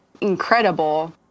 incredible